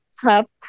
cup